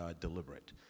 deliberate